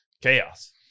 chaos